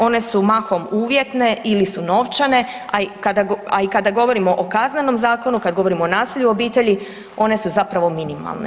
One su mahom uvjetne ili su novčane, a i kada govorimo o Kaznenom zakonu, kad govorimo o nasilju o obitelji, one su zapravo minimalne.